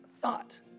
thought